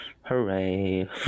Hooray